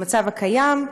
במצב הקיים,